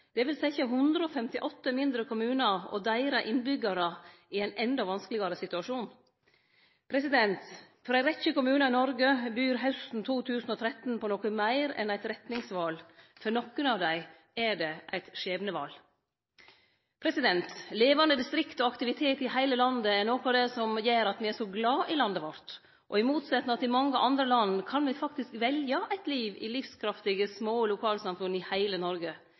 Det vil setje 158 mindre kommunar og innbyggjarane deira i ein endå vanskelegare situasjon. For ei rekkje kommunar i Noreg byr hausten 2013 på noko meir enn eit retningsval. For nokre av dei er det eit skjebneval. Levande distrikt og aktivitet i heile landet er noko av det som gjer at me er så glad i landet vårt. I motsetnad til mange andre land kan me faktisk velje eit liv i livskraftige, små lokalsamfunn i heile Noreg.